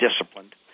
disciplined